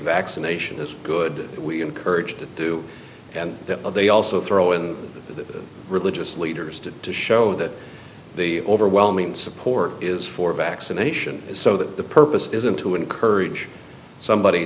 vaccination is good we encourage to do and they also throw in the religious leaders to show that the overwhelming support is for vaccination so that the purpose isn't to encourage somebody